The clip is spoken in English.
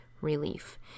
relief